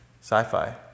sci-fi